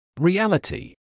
Reality